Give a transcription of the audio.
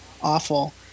awful